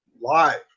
live